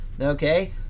Okay